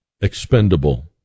expendable